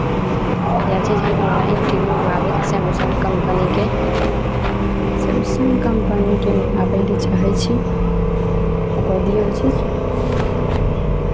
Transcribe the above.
इएह चीज हमरा ई टी भी मे लागत सैमसंग कम्पनीके सैमसंग कम्पनीके हम लाबै लए चाहै छी हँ दऽ दियौ ई चीज